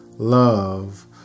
love